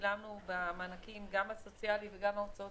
שילמנו במענקים גם הסוציאלי וגם ההוצאות